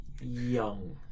young